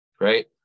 right